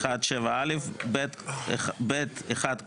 56(1)(7)(ב)(1),